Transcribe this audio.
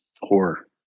horror